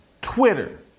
Twitter